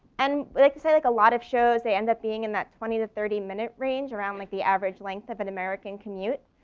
and like i said, like a lot of shows, they end up being in that twenty to thirty minute range around like the average length of an american commute.